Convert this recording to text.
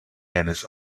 hens